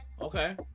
Okay